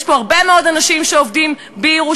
יש פה הרבה מאוד אנשים שעובדים בירושלים.